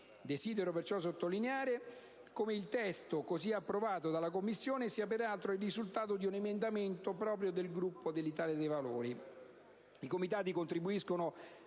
Desidero sottolineare come il testo così approvato dalla Commissione sia peraltro il risultato di un emendamento proprio del Gruppo dell'Italia dei Valori. I Comitati contribuiscono